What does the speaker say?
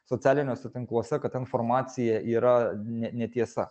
socialiniuose tinkluose kad ta informacija yra ne netiesa